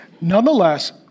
Nonetheless